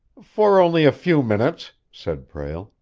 for only a few minutes, said prale.